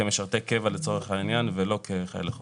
כמשרתי קבע לצורך העניין ולא כחיילי חובה.